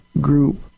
group